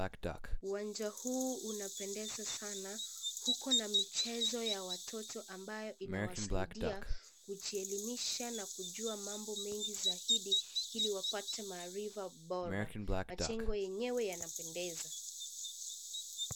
Uwanjani huu unapendeza sana. Uko na michezo ya watoto ambayo ina wa saidia kujielimisha na kujua mambo mengi zaidi, ili wapate maarifa bora. Majengo yenyewe yanapendeza.